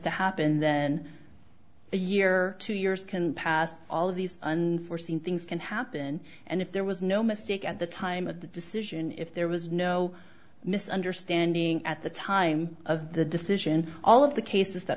to happen then a year two years can pass all of these unforseen things can happen and if there was no mistake at the time of the decision if there was no misunderstanding at the time of the decision all of the cases that